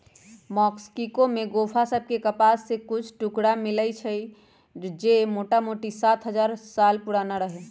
Mexico के गोफा सभ में कपास के कुछ टुकरा मिललइ र जे मोटामोटी सात हजार साल पुरान रहै